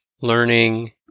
Learning